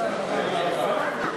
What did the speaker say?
(תיקון מס' 21), התשע"ו 2015,